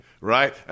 right